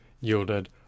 yielded